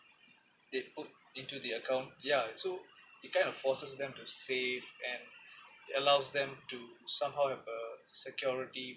they put into the account ya so you kind of forces them to save and allows them to somehow have a security